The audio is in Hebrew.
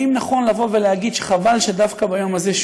האם נכון להגיד שחבל שדווקא ביום הזה,